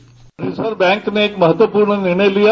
bite reserve bank ने एक महत्वपूर्ण निर्णय लिया